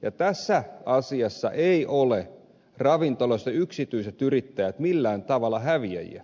ja tässä asiassa eivät ole ravintoloissa yksityiset yrittäjät millään tavalla häviäjiä